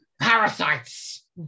parasites